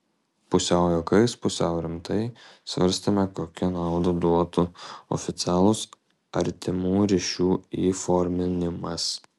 pusiau juokais pusiau rimtai svarstėme kokią naudą duotų oficialus artimų ryšių įforminimas